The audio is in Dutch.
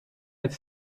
het